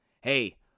hey